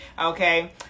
Okay